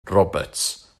roberts